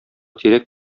тирәк